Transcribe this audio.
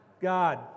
God